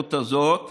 האפשרות הזאת,